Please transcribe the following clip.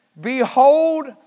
Behold